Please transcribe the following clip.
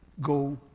go